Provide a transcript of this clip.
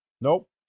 Nope